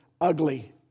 ugly